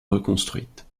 reconstruites